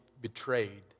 betrayed